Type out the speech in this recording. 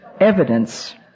evidence